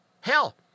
Hell